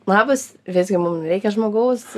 labas visgi mum reikia žmogaus